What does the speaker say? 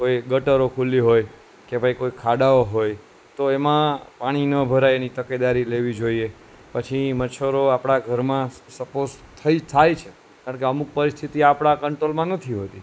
કોઈ ગટરો ખુલ્લી હોય કે ભાઈ કોઈ ખાડા હોય તો એમાં પાણી ન ભરાય એની તકેદારી લેવી જોઈએ પછી મચ્છરો આપણા ઘરમાં સ સ સપોસ થાય છે કારણ કે અમુક પરિસ્થિતિ આપણા કંટ્રોલમાં નથી હોતી